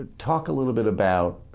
talk a little bit about